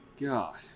God